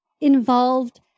involved